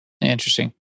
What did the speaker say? Interesting